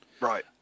Right